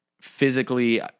physically